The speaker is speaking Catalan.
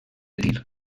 tir